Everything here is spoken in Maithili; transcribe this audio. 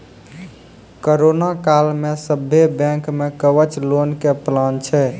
करोना काल मे सभ्भे बैंक मे कवच लोन के प्लान छै